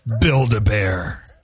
Build-a-bear